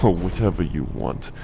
whatever you want.